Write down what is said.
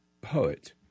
poet